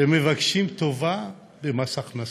ומבקשים טובה במס הכנסה?